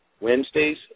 Wednesdays